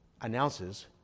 announces